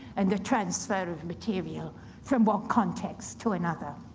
and the transfer of material from one context to another.